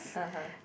(uh huh)